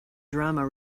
drama